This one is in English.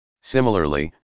Similarly